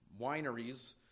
wineries